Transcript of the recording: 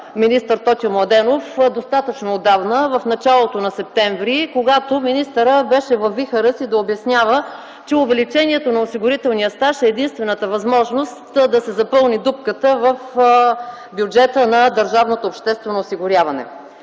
министър Тотю Младенов, достатъчно отдавна – в началото на м. септември, когато министърът беше във вихъра си да обяснява, че увеличението на осигурителния стаж е единствената възможност да се запълни дупката в бюджета на Държавното обществено осигуряване.